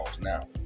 now